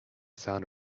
sound